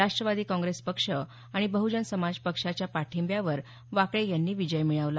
राष्ट्रवादी काँग्रेस पक्ष आणि बह्जन समाज पक्षाच्या पाठिंब्यावर वाकळे यांनी विजय मिळवला